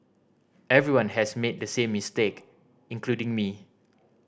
everyone has made the same mistake including me